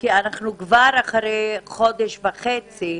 כי אנחנו כבר אחרי חודש וחצי,